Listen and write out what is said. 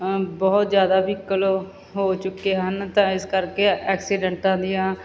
ਬਹੁਤ ਜ਼ਿਆਦਾ ਵਹੀਕਲ ਹੋ ਚੁੱਕੇ ਹਨ ਤਾਂ ਇਸ ਕਰਕੇ ਐਕਸੀਡੈਂਟਾਂ ਦੀਆਂ